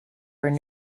were